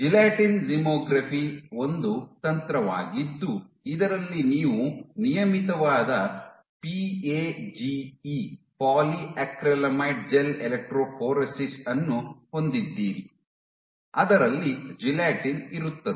gelatin zymography ಒಂದು ತಂತ್ರವಾಗಿದ್ದು ಇದರಲ್ಲಿ ನೀವು ನಿಯಮಿತವಾದ PAGE PAGE polyacrylamide gel electrophoresis ಅನ್ನು ಹೊಂದಿದ್ದೀರಿ ಅದರಲ್ಲಿ ಜೆಲಾಟಿನ್ ಇರುತ್ತದೆ